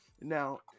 Now